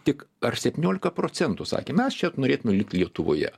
tik ar septyniolika procentų sakė mes čia norėtume likti lietuvoje